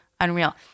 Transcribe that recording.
unreal